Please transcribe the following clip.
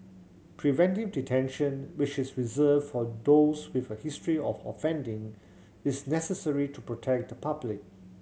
preventive detention which is reserved for those with a history of offending is necessary to protect the public